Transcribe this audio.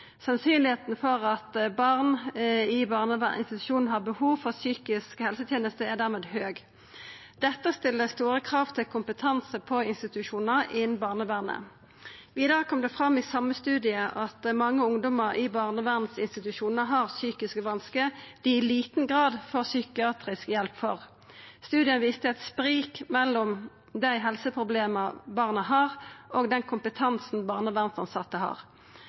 for at barn på barnevernsinstitusjonar har behov for psykisk helseteneste, er dermed høg. Dette stiller store krav til kompetanse på institusjonane innan barnevernet. Vidare kom det fram i den same studien at mange ungdomar i barnevernsinstitusjonar har psykiske vanskar dei i liten grad får psykiatrisk hjelp for. Studien viste eit sprik mellom dei helseproblema barna har, og den kompetansen barnevernstilsette har.